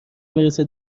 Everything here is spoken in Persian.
میرسه